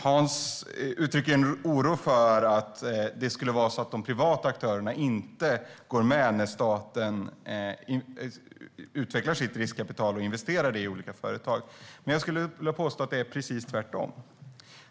Hans uttrycker oro för att de privata aktörerna inte går med när staten utvecklar sitt riskkapital och investerar det i olika företag. Jag vill påstå att det är precis tvärtom.